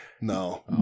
No